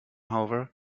however